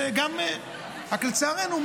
רק לצערנו,